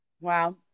Wow